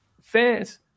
fans